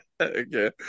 Okay